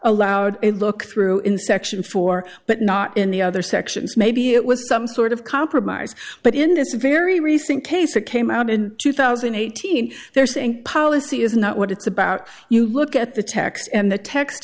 allowed a look through in section four but not in the other sections maybe it was some sort of compromise but in this very recent case it came out in two thousand and eighteen they're saying policy is not what it's about you look at the text and the te